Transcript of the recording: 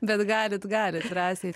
bet galit galit drąsiai